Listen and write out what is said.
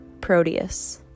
Proteus